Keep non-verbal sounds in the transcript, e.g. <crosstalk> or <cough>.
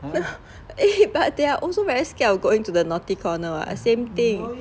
<laughs> but they are also very scared of going to the naughty corner [what] same thing